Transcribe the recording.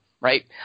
right